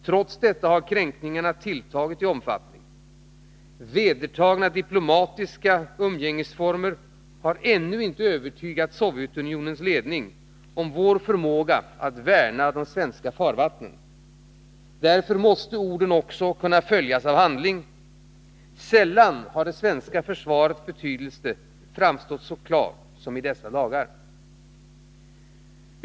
Trots detta har kränkningarna tilltagit i omfattning. Vedertagna diplomatiska umgängesformer har ännu inte övertygat Sovjetunionens ledning om vår förmåga att värna de svenska farvattnen. Därför måste orden också kunna följas av handling. Sällan har det svenska försvarets betydelse framstått så klart som i dessa dagar.